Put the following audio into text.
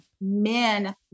men